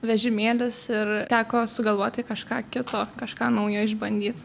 vežimėlis ir teko sugalvoti kažką kito kažką naujo išbandyt